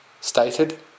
stated